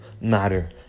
matter